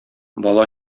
бала